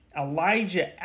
Elijah